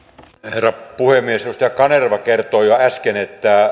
herra puhemies edustaja kanerva kertoi jo äsken että